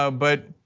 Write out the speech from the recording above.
ah but